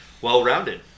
Well-rounded